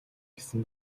гэсэн